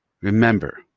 Remember